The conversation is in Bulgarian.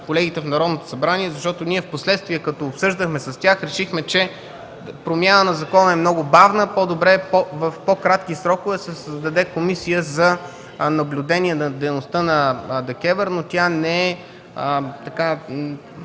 колегите в Народното събрание, защото впоследствие като обсъждахме с тях решихме, че промяна на закона е много бавна. По-добре е в по-кратки срокове да се създаде Комисия за наблюдение дейността на ДКЕВР, но тя не е